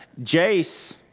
Jace